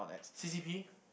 C_C_P